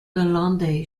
lalonde